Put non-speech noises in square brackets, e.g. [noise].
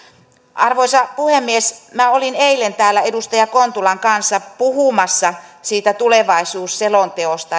arvoisa puhemies minä olin eilen täällä edustaja kontulan kanssa puhumassa siitä tulevaisuusselonteosta [unintelligible]